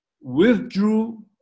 withdrew